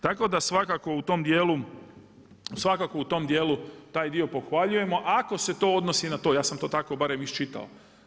Tako da svakako u tom djelu, taj dio pohvaljujemo ako se to odnosi na to ja sam to tako barem iščitao.